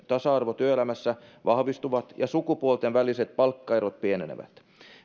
tasa arvo työelämässä vahvistuvat ja sukupuolten väliset palkkaerot pienenevät